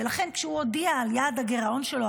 ולכן כשהוא הודיע על יעד הגירעון שלו,